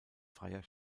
freier